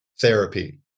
therapy